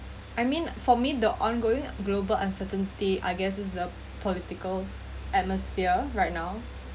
the I mean for me the ongoing global uncertainty I guess is the political atmosphere right now